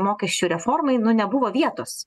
mokesčių reformai nu nebuvo vietos